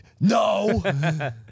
No